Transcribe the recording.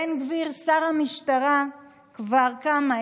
בן גביר, שר המשטרה כבר כמה?